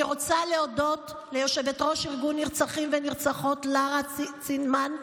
אני רוצה להודות ליושבת-ראש ארגון נרצחים ונרצחות לרה צינמן,